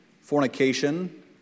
fornication